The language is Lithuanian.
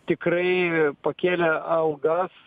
tikrai pakėlę algas